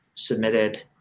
submitted